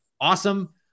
awesome